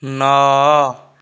ନଅ